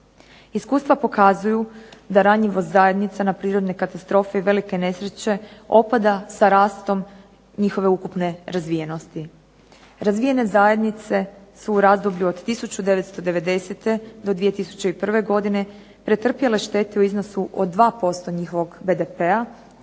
Iskustva pokazuju da ranjivost zajednice na prirodne katastrofe i velike nesreće opada sa rastom njihove ukupne razvijenosti. Razvijene zajednice su u razdoblju od 1990. do 2001. godine pretrpjele štete u iznosu od 2% njihovog BDP-a,